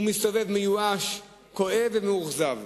הוא מסתובב מיואש, כואב ומאוכזב.